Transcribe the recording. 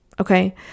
Okay